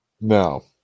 No